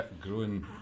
growing